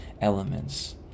elements